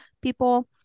people